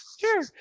Sure